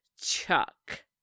chuck